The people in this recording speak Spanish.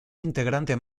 integrante